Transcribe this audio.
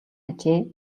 ажээ